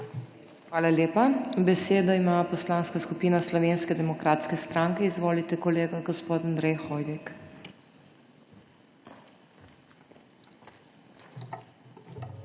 Hvala lepa. Besedo ima Poslanska skupina Slovenske demokratske stranke. Izvolite, kolega dr. Anže Logar.